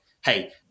hey